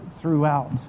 throughout